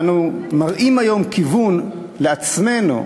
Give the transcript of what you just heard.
אנו מראים היום כיוון לעצמנו: